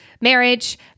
marriage